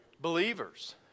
believers